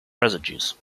residues